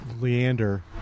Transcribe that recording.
Leander